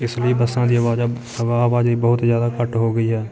ਇਸ ਲਈ ਬੱਸਾਂ ਦੀ ਆਵਾਜਾ ਆਵਾ ਆਵਾਜਾਈ ਬਹੁਤ ਜ਼ਿਆਦਾ ਘੱਟ ਹੋ ਗਈ ਹੈ